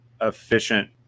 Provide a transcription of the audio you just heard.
efficient